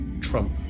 Trump